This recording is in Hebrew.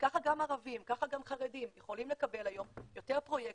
וכך גם ערבים וגם חרדים יכולים לקבל היום יותר פרויקטים,